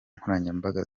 nkoranyambaga